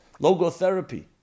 logotherapy